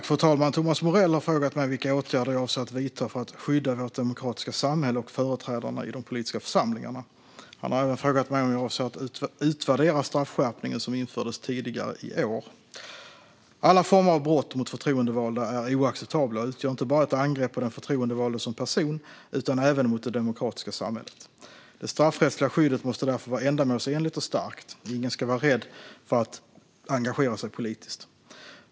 Fru talman! Thomas Morell har frågat mig vilka åtgärder jag avser att vidta för att skydda vårt demokratiska samhälle och företrädarna i de politiska församlingarna. Han har även frågat mig om jag avser att utvärdera straffskärpningen som infördes tidigare i år. Alla former av brott mot förtroendevalda är oacceptabla och utgör inte bara ett angrepp på den förtroendevalde som person utan även mot det demokratiska samhället. Det straffrättsliga skyddet måste därför vara ändamålsenligt och starkt. Ingen ska vara rädd för att engagera sig politiskt.